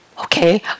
okay